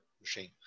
machine